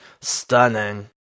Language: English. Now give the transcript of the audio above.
stunning